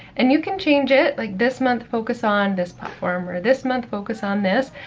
and you can change it. like this month, focus on this platform, or this month, focus on this,